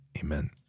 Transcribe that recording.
amen